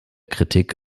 kritik